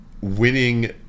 winning